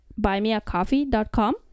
BuyMeACoffee.com